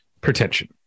pretension